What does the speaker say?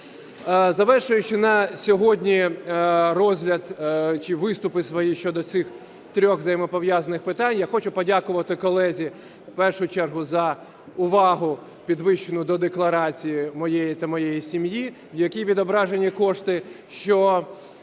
Завершуючи на сьогодні розгляд чи виступи свої щодо цих трьох взаємопов'язаних питань, я хочу подякувати колезі в першу чергу за увагу підвищену до декларації моєї та моєї сім'ї, в якій відображені кошти, з